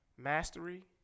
Mastery